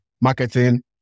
marketing